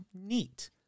neat